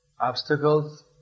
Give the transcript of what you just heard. Obstacles